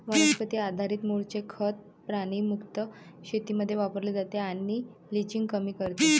वनस्पती आधारित मूळचे खत प्राणी मुक्त शेतीमध्ये वापरले जाते आणि लिचिंग कमी करते